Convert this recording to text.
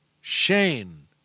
Shane